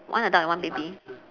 one adult and one baby